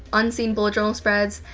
unseen bullet journal spreads.